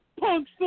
punk